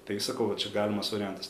tai sakau va čia galimas variantas